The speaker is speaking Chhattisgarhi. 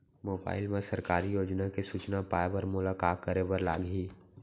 मोबाइल मा सरकारी योजना के सूचना पाए बर मोला का करे बर लागही